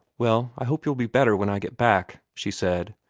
well, i hope you'll be better when i get back, she said,